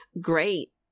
Great